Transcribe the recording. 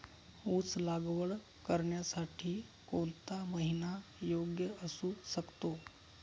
ऊस लागवड करण्यासाठी कोणता महिना योग्य असू शकतो?